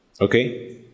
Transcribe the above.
Okay